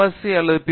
SC அல்லது B